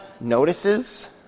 notices